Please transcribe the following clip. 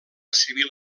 civil